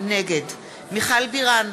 נגד מיכל בירן,